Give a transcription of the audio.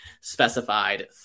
specified